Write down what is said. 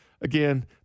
Again